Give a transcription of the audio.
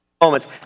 moments